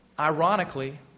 Ironically